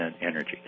energy